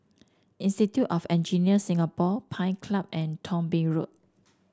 Institute of Engineers Singapore Pine Club and Thong Bee Road